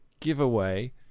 giveaway